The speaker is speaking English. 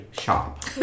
shop